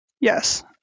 Yes